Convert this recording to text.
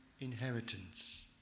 inheritance